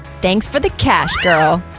thanks for the cash, girl!